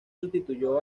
sustituyó